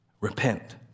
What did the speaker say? Repent